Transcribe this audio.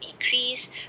increase